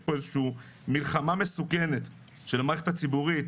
כאן איזושהי מלחמה מסוכנת של המערכת הציבורית